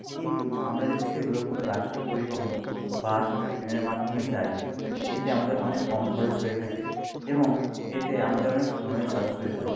কিন্তু আমরা যদি সেইগুলো কোনো রাষ্ট্রীয় পরিবহন বাস বা ট্রেনের মাধ্যমে যাই এতে আমাদের অনেক কম খরচ হয়ে থাকে এবং এতে আমাদের অনেক সময়ও সাশ্রয় হয়